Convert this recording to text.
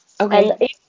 Okay